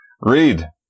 Read